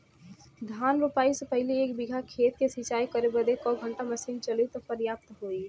धान रोपाई से पहिले एक बिघा खेत के सिंचाई करे बदे क घंटा मशीन चली तू पर्याप्त होई?